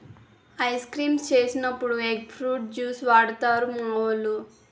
ice creams చేసినప్పుడు egg fruit juice వాడుతారు మావోలు